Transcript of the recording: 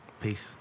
Peace